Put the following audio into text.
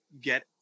get